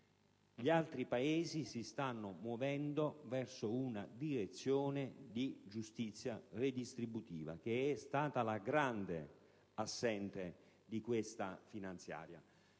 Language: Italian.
Gli altri Paesi si stanno muovendo verso una direzione di giustizia redistributiva, la grande assente di questa manovra